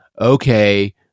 Okay